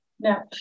now